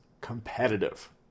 competitive